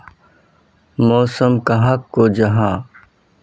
मौसम कहाक को जाहा?